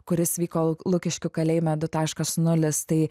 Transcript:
kuris vyko lukiškių kalėjime du taškas nulis tai